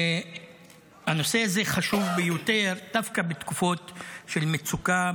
והנושא הזה חשוב ביותר דווקא בתקופות של מצוקה,